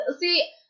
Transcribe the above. see